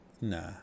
Nah